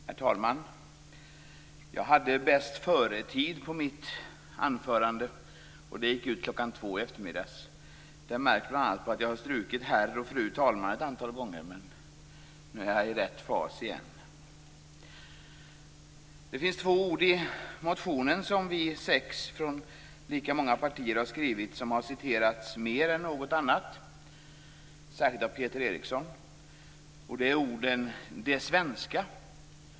Herr talman! Jag hade bäst-före-tid på mitt anförande. Den gick ut klockan två i eftermiddags. Det märks bl.a. på att jag har strukit "Herr talman!" och "Fru talman!" ett antal gånger, men nu är jag i fas igen. Det finns två ord i motionen som vi sex från lika många partier har skrivit som har citerats mer än något annat, särskilt av Peter Eriksson. Det är orden "det svenska".